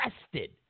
arrested